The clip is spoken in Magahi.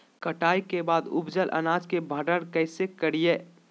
कटाई के बाद उपजल अनाज के भंडारण कइसे करियई?